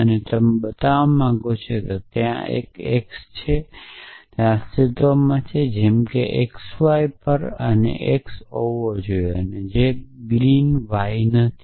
અને તમે બતાવવા માંગો છો કે ત્યાં એક x છે ત્યાં અસ્તિત્વમાં છે જેમ કે xy પર અને x હોવા જોઈએ અને ગ્રીન y નથી